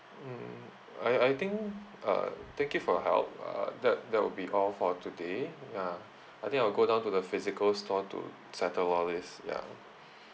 mm I I think uh thank you for your help uh that that will be all for today ya I think I'll go down to the physical store to settle all these ya